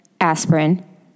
aspirin